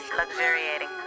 luxuriating